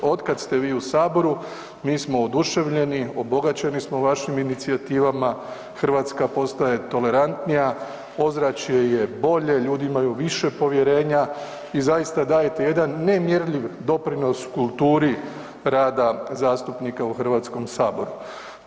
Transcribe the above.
Otkad ste vi u Saboru, mi smo oduševljeni, obogaćeni smo vašim inicijativama, Hrvatska postaje tolerantnija, ozračje je bolje, ljudi imaju više povjerenja i zaista dajete jedan nemjerljiv doprinos kulturi rada zastupnika u HS-u.